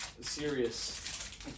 serious